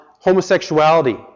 homosexuality